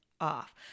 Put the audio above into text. off